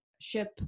ship